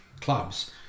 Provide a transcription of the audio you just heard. clubs